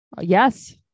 Yes